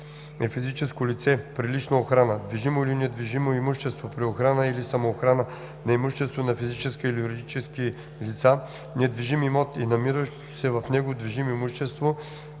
е физическо лице при лична охрана; движимо или недвижимо имущество – при охрана или самоохрана на имуществото на физически или юридически лица; недвижим имот и намиращото се в него движимо имущество